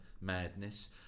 madness